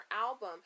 album